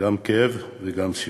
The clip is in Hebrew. גם כאב וגם שמחה,